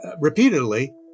repeatedly